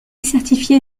certifié